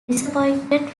disappointing